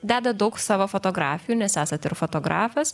dedat daug savo fotografijų nes esat ir fotografas